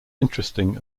interesting